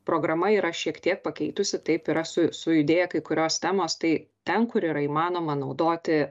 programa yra šiek tiek pakeitusi taip yra su sujudėję kai kurios temos tai ten kur yra įmanoma naudoti